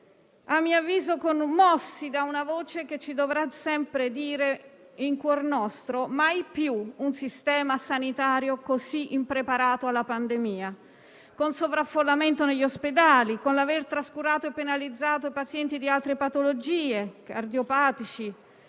tali risorse mossi da una voce che, in cuor nostro, dovrà sempre dirci: mai più un sistema sanitario così impreparato alla pandemia, con sovraffollamento negli ospedali, con l'aver trascurato e penalizzato i pazienti di altre patologie (cardiopatici,